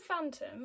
Phantom